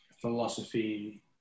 philosophy